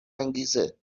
انگیزه